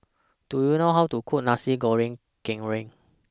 Do YOU know How to Cook Nasi Goreng Kerang